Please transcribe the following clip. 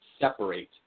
separate